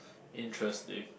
interesting